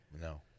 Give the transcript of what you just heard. No